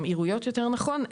ממאירויות יותר נכון,